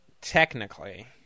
technically